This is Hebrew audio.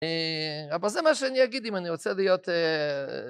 אבל זה מה שאני אגיד אם אני רוצה להיות